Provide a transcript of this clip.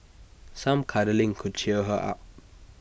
some cuddling could cheer her up